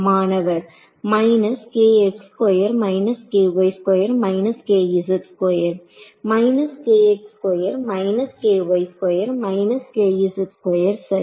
மாணவர் சரி